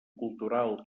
cultural